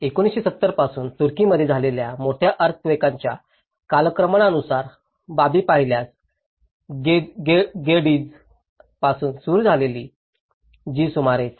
1970 पासून तुर्कीमध्ये झालेल्या मोठ्या अर्थक्वेकांच्या कालक्रमानुसार बाबी पाहिल्यास गेडीझ पासून सुरू झालेली जी सुमारे 7